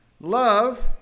love